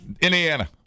Indiana